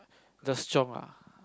just chiong ah